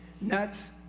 nuts